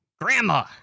grandma